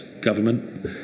government